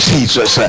Jesus